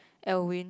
Elwin